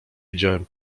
widziałem